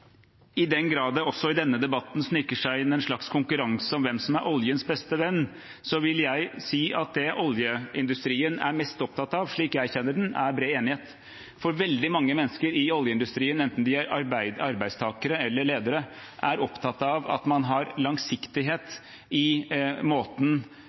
i den grad det også i denne debatten sniker seg inn en slags konkurranse om hvem som er oljens beste venn, vil jeg si: Det oljeindustrien er mest opptatt av, slik jeg kjenner den, er bred enighet. Veldig mange mennesker i oljeindustrien, enten de er arbeidstakere eller ledere, er opptatt av at man har langsiktighet i måten